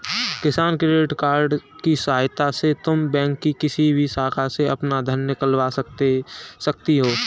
किसान credit card की सहायता से तुम बैंक की किसी भी शाखा से अपना धन निकलवा सकती हो